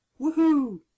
Woohoo